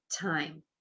time